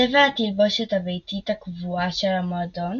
צבע התלבושת הביתית הקבועה של המועדון